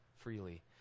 freely